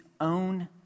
own